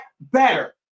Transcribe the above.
better